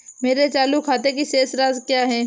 मेरे चालू खाते की शेष राशि क्या है?